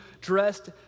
dressed